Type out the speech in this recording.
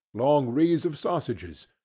long wreaths of sausages,